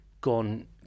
gone